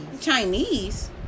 Chinese